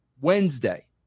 Wednesday